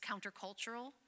countercultural